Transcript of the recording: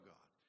God